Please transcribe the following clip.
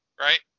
right